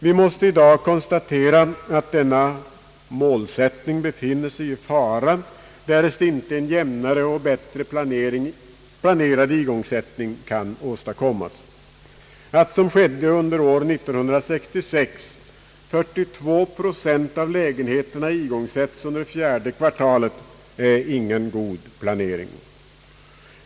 Vi måste i dag konstatera att denna målsättning befinner sig i fara, därest inte en jämnare och bättre planerad igångsättning kan åstadkommas. Att, som skedde under år 1966, 42 procent av lägenheterna igångsättes under fjärde kvartalet är ingen god planering.